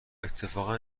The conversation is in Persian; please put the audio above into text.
اتفاقا